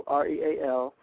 r-e-a-l